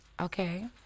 okay